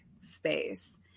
space